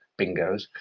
bingos